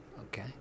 okay